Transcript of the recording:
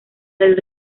del